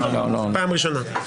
פעם שלישית.